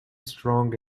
strong